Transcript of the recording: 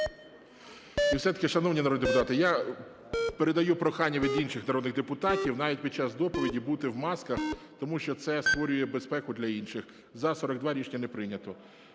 І все-таки, шановні народні депутати, я передаю прохання від інших народних депутатів навіть під час доповіді бути в масках, тому що це створює безпеку для інших. 17:19:14 За-42 Рішення не прийнято.